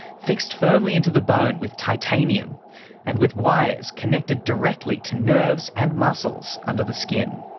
fixed firmly into the bone with titanium and with wires connected directly to nerves and muscles under the skin.